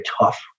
tough